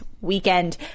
weekend